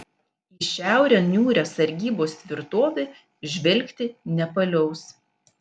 į šiaurę niūrią sargybos tvirtovė žvelgti nepaliaus